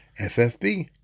FFB